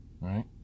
Right